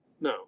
No